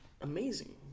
amazing